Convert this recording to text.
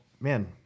man